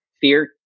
Fear